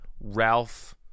Ralph